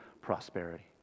prosperity